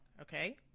okay